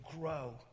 grow